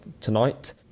tonight